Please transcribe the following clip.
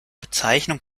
bezeichnung